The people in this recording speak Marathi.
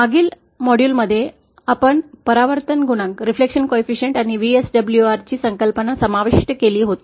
मागील मॉड्यूलमध्ये आम्ही परावर्तन गुणांक आणि व्हीएसडब्ल्यूआर संकल्पना समाविष्ट केली होती